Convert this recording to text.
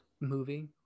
movie